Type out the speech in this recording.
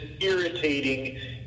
irritating